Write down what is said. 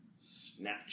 Snapchat